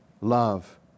Love